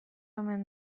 omen